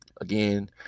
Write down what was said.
Again